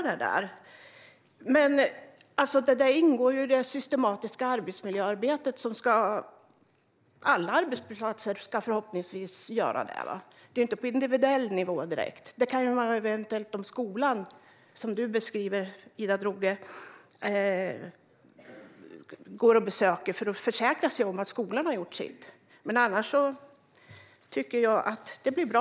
Det ingår i det systematiska arbetsmiljöarbete som alla arbetsplatser ska göra. Det är inte på individuell nivå, men det kan vara så att skolan gör ett besök för att försäkra sig om att den har gjort sin del. Jag tycker att detta blir bra.